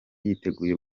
yiteguye